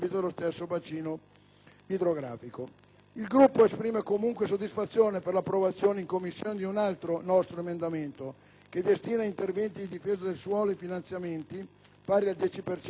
Il Gruppo esprime comunque soddisfazione per l'approvazione in Commissione di un altro nostro emendamento che destina ad interventi di difesa del suolo i finanziamenti (pari al 10 per cento delle risorse complessive)